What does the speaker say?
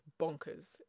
bonkers